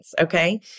okay